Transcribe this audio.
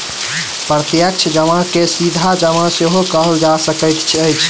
प्रत्यक्ष जमा के सीधा जमा सेहो कहल जा सकैत अछि